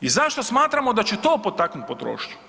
I zašto smatramo da će to potaknuti potrošnju?